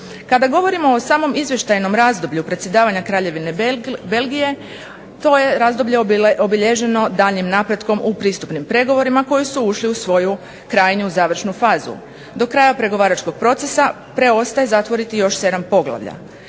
Kada govorimo o samom izvještajnom razdoblju predsjedavanja Kraljevine Belgije to je razdoblje obilježeno daljnjim napretkom u pristupnim pregovorima koji su ušli u svoju krajnju, završnu fazu. Do kraja pregovaračkog procesa preostaje zatvoriti još 7 poglavlja.